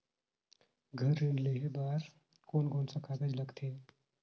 घर ऋण लेहे बार कोन कोन सा कागज लगथे?